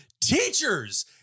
teachers